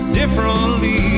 differently